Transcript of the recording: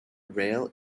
rail